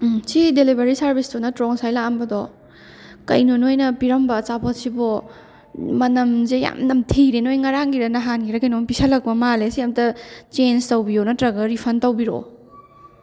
ꯁꯤ ꯗꯤꯂꯤꯚꯔꯤ ꯁꯔꯚꯤꯁꯇꯨ ꯅꯠꯇ꯭ꯔꯣ ꯉꯁꯥꯏ ꯂꯥꯛꯑꯝꯕꯗꯣ ꯀꯩꯅꯣ ꯅꯣꯏꯅ ꯄꯤꯔꯝꯕ ꯑꯆꯥꯄꯣꯠꯁꯤꯕꯣ ꯃꯅꯝꯖꯦ ꯌꯥꯝ ꯅꯝꯊꯤꯔꯦ ꯅꯣꯏ ꯉꯔꯥꯡꯒꯤꯔꯥ ꯅꯍꯥꯟꯒꯤꯔꯥ ꯀꯩꯅꯣꯝ ꯄꯤꯁꯜꯂꯛꯄ ꯃꯥꯜꯂꯦ ꯁꯤ ꯑꯝꯇ ꯆꯦꯟꯖ ꯇꯧꯕꯤꯌꯣ ꯅꯠꯇ꯭ꯔꯒ ꯔꯤꯐꯟ ꯇꯧꯕꯤꯔꯛꯑꯣ